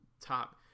top